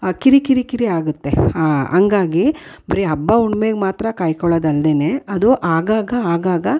ಆ ಕಿರಿ ಕಿರಿ ಕಿರಿ ಆಗುತ್ತೆ ಹಾಗಾಗಿ ಬರೀ ಹಬ್ಬ ಹುಣ್ಮೆಗೆ ಮಾತ್ರ ಕಾಯ್ಕೊಳೋದಲ್ದೇಯೇ ಅದು ಆಗಾಗ ಆಗಾಗ